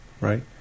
Right